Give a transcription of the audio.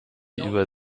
über